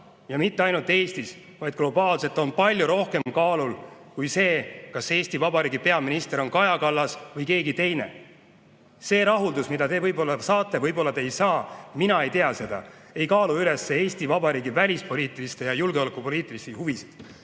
ja mitte ainult Eestis, vaid globaalselt, on palju rohkem kaalul kui see, kas Eesti Vabariigi peaminister on Kaja Kallas või keegi teine. See rahuldus, mida te võib-olla saate, võib-olla ei saa – mina ei tea seda –, ei kaalu üles Eesti Vabariigi välispoliitilisi ja julgeolekupoliitilisi huvisid.